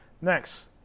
Next